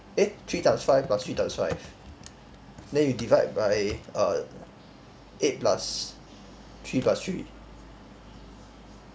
eh three times five plus three times five then you divide by err eight plus three plus three